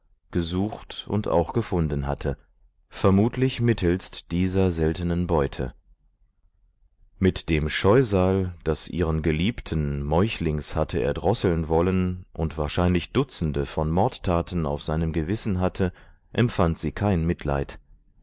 gesucht und auch gefunden hatte vermutlich mittelst dieser seltenen beute mit dem scheusal das ihren geliebten meuchlings hatte erdrosseln wollen und wahrscheinlich dutzende von mordtaten auf seinem gewissen hatte empfand sie kein mitleid